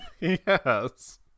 Yes